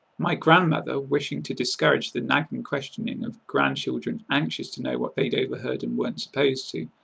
my grandmother, wishing to discourage the nagging questioning of grandchildren anxious to know what they'd overheard and weren't supposed to,